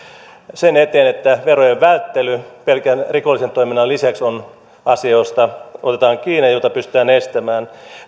sen eteen että verojen välttely pelkän rikollisen toiminnan lisäksi on asia josta otetaan kiinni ja jota pystytään estämään